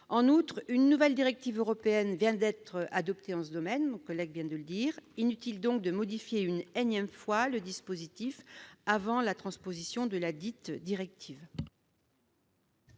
En outre, une nouvelle directive européenne vient d'être adoptée en ce domaine, comme mon collègue l'a souligné. Inutile donc de modifier une énième fois le dispositif avant la transposition de ladite directive.